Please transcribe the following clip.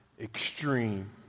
extreme